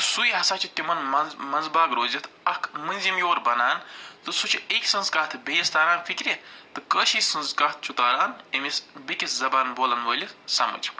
سُے ہَسا چھُ تِمن منٛز منٛزباگ روٗزِتھ اکھ مٔنٛزِم یور بَنان تہٕ سُہ چھِ أکۍ سٕنٛز کَتھ بیٚیِس تاران فِکرِ تہٕ کٲشِر سٕنٛز کَتھ چھُ تاران أمِس بیٚیِس زبان بولن وٲلِس سمٕجھ